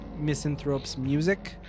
misanthropesmusic